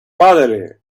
padre